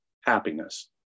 happiness